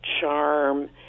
charm